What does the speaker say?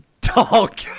dog